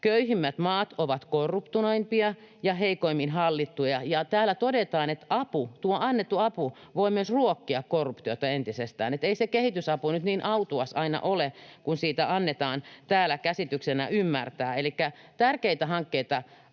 Köyhimmät maat ovat korruptoituneimpia ja heikoimmin hallittuja. Täällä todetaan, että tuo annettu apu voi myös ruokkia korruptiota entisestään — että ei se kehitysapu nyt niin autuas aina ole kuin annetaan täällä ymmärtää. Tärkeitä hankkeita